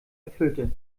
erfüllte